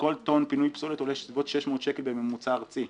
כל טון פינוי פסולת עולה בסביבות 600 שקלים בממוצע ארצי.